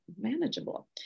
manageable